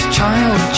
child